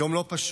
יום לא פשוט,